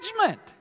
judgment